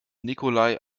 nikolai